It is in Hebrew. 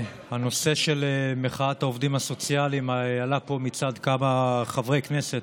הנושא של מחאת העובדים הסוציאליים עלה פה מצד כמה חברי כנסת,